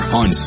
on